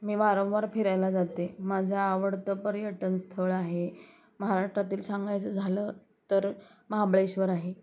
मी वारंवार फिरायला जाते माझं आवडतं पर्यटन स्थळ आहे महाराष्ट्रातील सांगायचं झालं तर महाबळेश्वर आहे